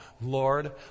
Lord